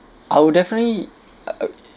I would definitely uh uh